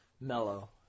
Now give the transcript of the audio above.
mellow